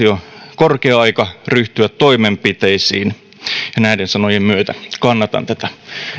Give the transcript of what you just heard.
jo korkea aika ryhtyä toimenpiteisiin ja näiden sanojen myötä kannatan tätä